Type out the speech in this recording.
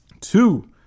Two